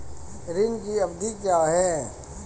ऋण की अवधि क्या है?